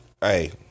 hey